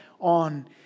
on